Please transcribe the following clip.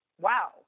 wow